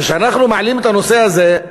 כשאנחנו מעלים את הנושא הזה,